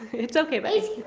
it's okay buddy.